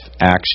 action